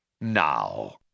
Now